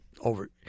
over